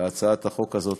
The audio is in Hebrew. להצעת החוק הזאת,